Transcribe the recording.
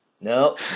no